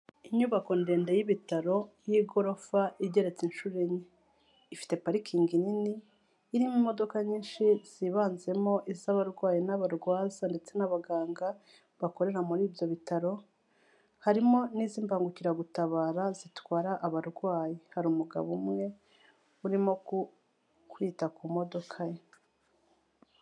Inyubako ndende y'ibitaro, y'igorofa igeretse inshuro enye. Ifite parikingi nini irimo imodoka nyinshi zibanzemo iz'abarwayi n'abarwaza ndetse n'abaganga bakorera muri ibyo bitaro, harimo n'iz'imbangukiragutabara zitwara abarwayi. Hari umugabo umwe urimo kwita ku modoka ye.